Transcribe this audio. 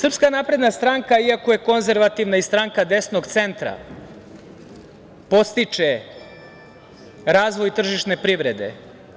Srpska napredna stranka, iako je konzervativna i stranka desnog centra, podstiče razvoj tržišne privrede,